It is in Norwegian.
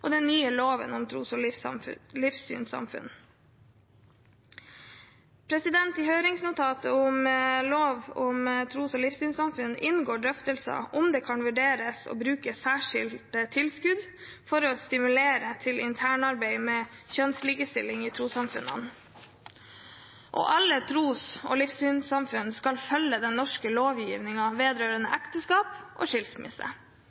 og i den nye loven om tros- og livssynssamfunn. I høringsnotatet til lov om tros- og livssynssamfunn inngår drøftelser om hvorvidt det kan vurderes å bruke særskilte tilskudd for å stimulere til internarbeid med kjønnslikestilling i trossamfunnene, og alle tros- og livssynssamfunn skal følge den norske lovgivningen vedrørende ekteskap og skilsmisse.